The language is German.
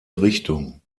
richtung